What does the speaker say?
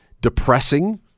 depressing